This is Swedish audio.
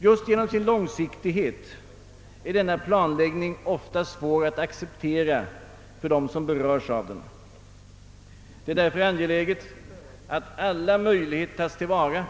Just genom sin långsiktighet är denna planläggning ofta svår att acceptera för dem som berörs av den. Det är därför angeläget att alla möjligheter tas till vara